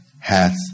hath